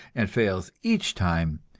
and fails each time,